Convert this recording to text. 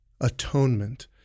atonement